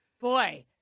Boy